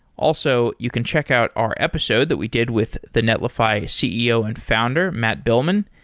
also, you can check out our episode that we did with the netlify ceo and founder matt billman.